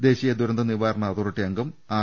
ദേശീയ ദുരന്ത നിവാരണ അതോറിറ്റി അംഗം ആർ